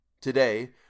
Today